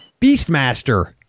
Beastmaster